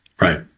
Right